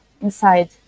inside